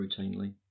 routinely